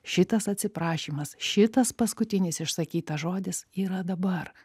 šitas atsiprašymas šitas paskutinis išsakytas žodis yra dabar